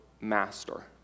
master